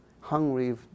hungry